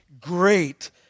great